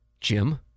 Jim